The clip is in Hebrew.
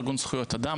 ארגון זכויות אדם.